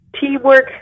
Teamwork